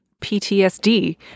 PTSD